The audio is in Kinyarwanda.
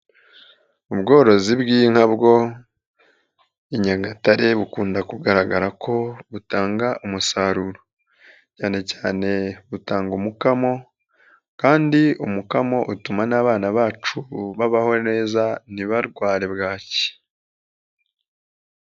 Ubworozi bw'inka bwo i Nyagatare bukunda kugaragara ko butanga umusaruro. Cyane cyane butanga umukamo kandi umukamo utuma n'abana bacu babaho neza, ntibarware bwaki.